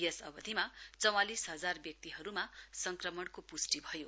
यस अवधिमा चौंवालिस हजार व्यक्तीहरुमा संक्रमणको पुष्टि भयो